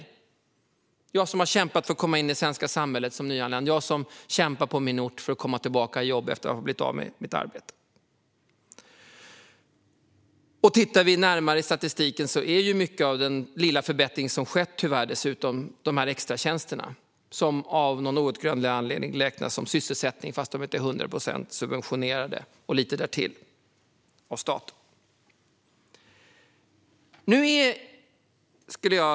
Det frågar de som har kämpat för att komma in i det svenska samhället som nyanlända och de som kämpar på sin ort för att komma tillbaka i jobb efter att ha blivit av med sitt arbete. Tittar vi närmare på statistiken ser vi att mycket av den lilla förbättring som skett tyvärr dessutom bygger på extratjänsterna som av någon outgrundlig anledning räknas som sysselsättning fast de är subventionerade av staten till 100 procent och lite därtill.